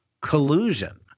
collusion